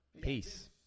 Peace